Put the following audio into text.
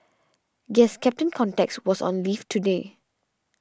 guess Captain Context was on leave today